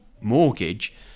mortgage